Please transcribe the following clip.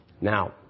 Now